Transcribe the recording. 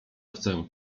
chcę